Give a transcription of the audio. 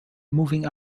moving